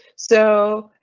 so,